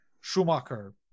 Schumacher